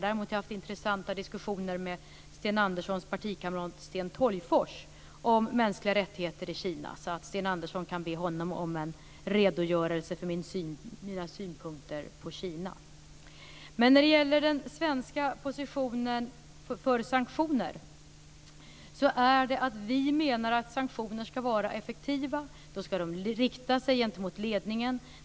Däremot har jag haft intressanta diskussioner med Sten Anderssons partikamrat Sten Tolgfors om mänskliga rättigheter i Kina. Sten Andersson kan be honom om en redogörelse för mina synpunkter på Kina. Den svenska positionen för sanktioner är att om sanktioner ska vara effektiva ska de rikta sig mot ledningen.